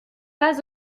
pas